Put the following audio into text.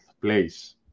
place